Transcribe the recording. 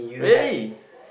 really